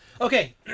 Okay